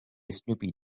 snoopy